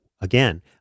again